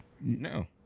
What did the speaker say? No